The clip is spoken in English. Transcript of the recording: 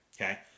okay